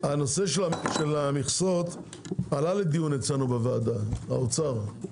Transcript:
הנושא של המכסות עלה לדיון אצלנו בוועדה, האוצר.